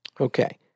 Okay